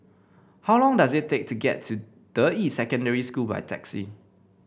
how long does it take to get to Deyi Secondary School by taxi